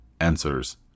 answers